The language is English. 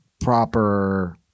proper